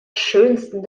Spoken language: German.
schönsten